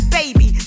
baby